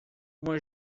uma